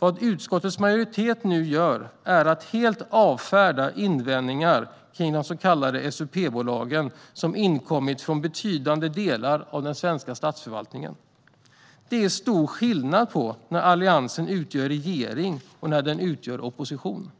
Vad utskottets majoritet gör är att helt avfärda de invändningar mot de så kallade SUP-bolagen som har inkommit från betydande delar av den svenska statsförvaltningen. Det är stor skillnad på när Alliansen utgör regering och när den utgör opposition.